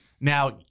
Now-